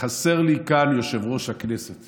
חסר לי כאן יושב-ראש הכנסת